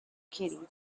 kitty